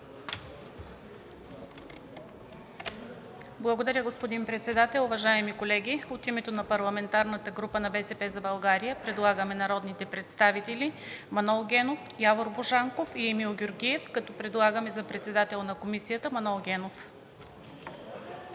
Благодаря, господин Председател. Уважаеми колеги! От името на парламентарната група на „БСП за България“ предлагаме народните представители Манол Генов, Явор Божанков и Емил Георгиев, като предлагаме за председател на Комисията Манол Генов.